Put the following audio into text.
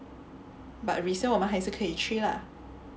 but resale 我们还是可以去 lah